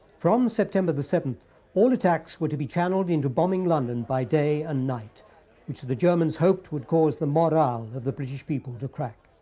from september the seventh all attacks were to be channeled into bombing london by day and night which the germans hoped would cause the morale of the british people to crack.